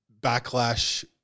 backlash